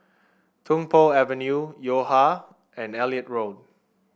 Tung Po Avenue Yo Ha and Elliot Road